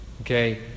Okay